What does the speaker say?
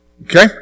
Okay